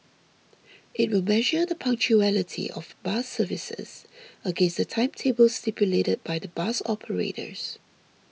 it will measure the punctuality of bus services against the timetables stipulated by the bus operators